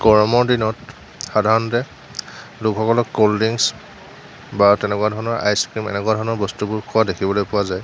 গৰমৰ দিনত সাধাৰণতে লোকসকলক ক'ল্ড ড্ৰিংক্স বা তেনেকুৱা ধৰণৰ আইচক্ৰীম এনেকুৱা ধৰণৰ বস্তুবোৰ খোৱা দেখিবলৈ পোৱা যায়